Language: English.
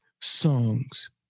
songs